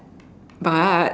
but